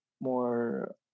more